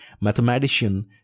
mathematician